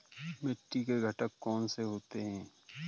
मिट्टी के घटक कौन से होते हैं?